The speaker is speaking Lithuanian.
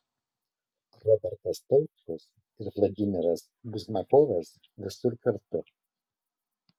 robertas tautkus ir vladimiras buzmakovas visur kartu